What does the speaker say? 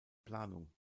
planung